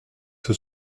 que